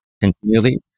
continually